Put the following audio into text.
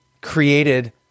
created